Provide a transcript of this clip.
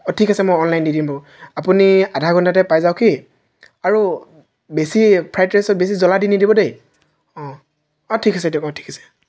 অঁ ঠিক আছে মই অনলাইন দি দিম বাৰু আপুনি আধা ঘণ্টাতে পাই যাওকহি আৰু বেছি ফ্ৰাইড ৰাইচত বেছি জলা দি নিদিব দেই অঁ অঁ ঠিক আছে দিয়ক অঁ ঠিক আছে